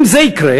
אם זה יקרה,